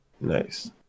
nice